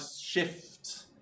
shift